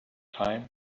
time